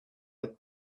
were